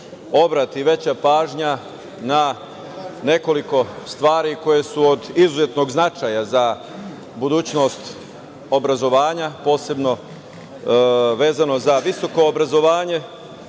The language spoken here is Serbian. obrati veća pažnja na nekoliko stvari koje su od izuzetnog značaja za budućnost obrazovanja, posebno vezano za visoko obrazovanje,